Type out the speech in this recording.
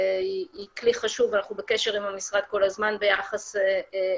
היא כלי חשוב ואנחנו בקשר עם המשרד כל הזמן ביחס אליה.